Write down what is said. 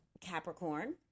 capricorn